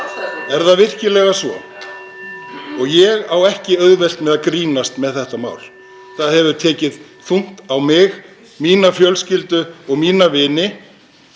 (Forseti hringir.) Ég á ekki auðvelt með að grínast með þetta mál. Það hefur tekið þungt á mig, mína fjölskyldu og mína vini.